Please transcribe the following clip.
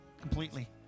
completely